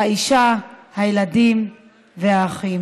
האישה, הילדים והאחים,